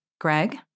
Greg